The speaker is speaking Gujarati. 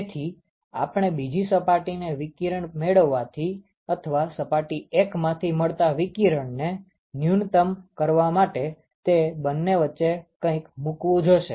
તેથી આપણે બીજી સપાટીને વિકિરણ મેળવવાથી અથવા સપાટી 1 માંથી મળતા વિકીરણને ન્યુનતમ કરવા માટે તે બંને વચ્ચે કઈક મુકવું જોશે